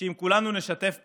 שאם כולנו נשתף פעולה,